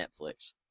Netflix